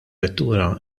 vettura